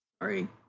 Sorry